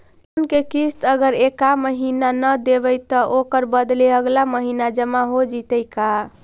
Loan के किस्त अगर एका महिना न देबै त ओकर बदले अगला महिना जमा हो जितै का?